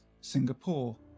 Singapore